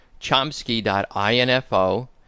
chomsky.info